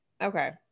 Okay